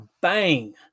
Bang